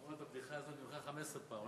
אמרת את הבדיחה הזאת כבר 15 פעם.